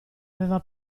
aveva